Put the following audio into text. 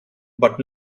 but